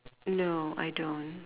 no I don't